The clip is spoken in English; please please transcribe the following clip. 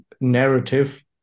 narrative